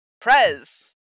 prez